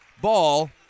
Ball